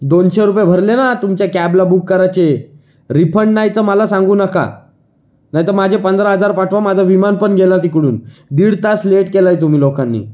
दोनशे रुपये भरले ना तुमच्या कॅबला बुक करायचे रिफंड नाही तर मला सांगू नका नाही तर माझे पंधरा हजार पाठवा माझं विमान पण गेलं तिकडून दीड तास लेट केलं आहे तुम्ही लोकांनी